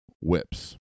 whips